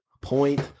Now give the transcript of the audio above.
point